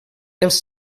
els